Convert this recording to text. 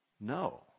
No